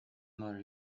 mother